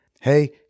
Hey